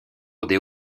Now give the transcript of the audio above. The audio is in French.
rôder